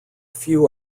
few